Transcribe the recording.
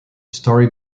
story